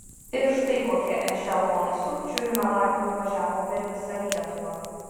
ir štai kokie ešelonai sukčių ir melagių nuvažiavo per visą lietuvą